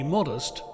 Modest